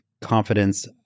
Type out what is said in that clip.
confidence